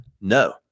no